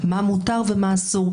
מה מותר ומה אסור,